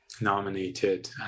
nominated